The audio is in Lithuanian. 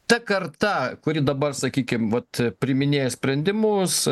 ta karta kuri dabar sakykim vat priiminėja sprendimus